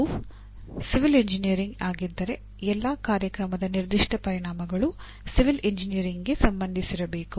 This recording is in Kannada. ಅದು ಸಿವಿಲ್ ಎಂಜಿನಿಯರಿಂಗ್ ಆಗಿದ್ದರೆ ಎಲ್ಲಾ ಕಾರ್ಯಕ್ರಮದ ನಿರ್ದಿಷ್ಟ ಪರಿಣಾಮಗಳು ಸಿವಿಲ್ ಎಂಜಿನಿಯರಿಂಗ್ಗೆ ಸಂಬಂಧಿಸಿರಬೇಕು